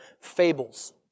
fables